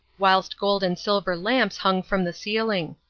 whilst gold and silver lamps hung from the ceiling.